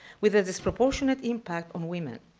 with a disproportionate impact on women.